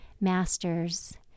master's